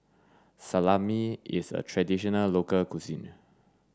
salami is a traditional local cuisine